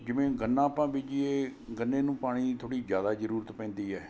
ਜਿਵੇਂ ਗੰਨਾ ਆਪਾਂ ਬੀਜੀਏ ਗੰਨੇ ਨੂੰ ਪਾਣੀ ਥੋੜ੍ਹੀ ਜ਼ਿਆਦਾ ਜ਼ਰੂਰਤ ਪੈਂਦੀ ਹੈ